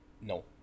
No